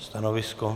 Stanovisko?